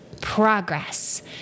progress